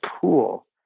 pool